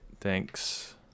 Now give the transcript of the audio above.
thanks